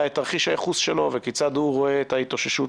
את תרחיש הייחוס שלו וכיצד הוא רואה את ההתאוששות